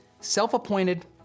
self-appointed